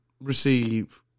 receive